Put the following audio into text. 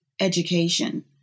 education